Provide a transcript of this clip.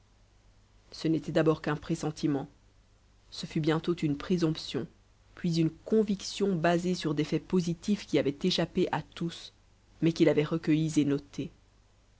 ce n'était d'abord qu'un pressentiment ce fut bientôt une présomption puis une conviction basée sur des faits positifs qui avaient échappé à tous mais qu'il avait recueillis et notés